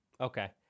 Okay